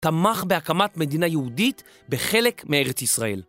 תמך בהקמת מדינה יהודית בחלק מארץ ישראל.